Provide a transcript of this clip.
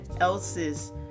else's